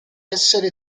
essere